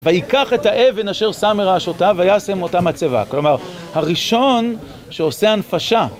וייקח את האבן אשר שם מראשתיו ויעשה עם אותה מצבה. כלומר, הראשון שעושה הנפשה.